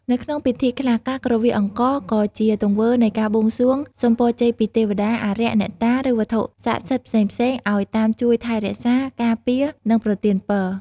នៅក្នុងពិធីខ្លះ ការគ្រវាសអង្ករក៏ជាទង្វើនៃការបួងសួង សុំពរជ័យពីទេវតា អារក្ស អ្នកតា ឬវត្ថុស័ក្តិសិទ្ធិផ្សេងៗឲ្យតាមជួយថែរក្សា ការពារ និងប្រទានពរ។